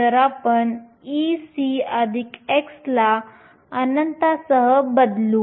तर आपण Ec χ ला अनंतासह बदलू